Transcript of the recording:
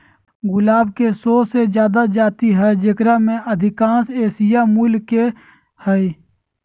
गुलाब के सो से जादा जाति हइ जेकरा में अधिकांश एशियाई मूल के हइ